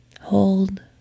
Hold